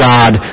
God